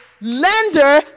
lender